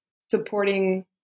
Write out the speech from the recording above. supporting